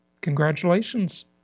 Congratulations